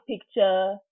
picture